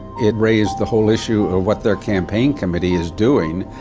it raised the whole issue of what their campaign committee is doing,